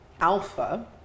Alpha